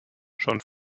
schon